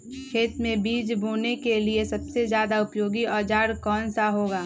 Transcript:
खेत मै बीज बोने के लिए सबसे ज्यादा उपयोगी औजार कौन सा होगा?